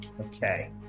Okay